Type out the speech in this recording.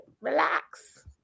relax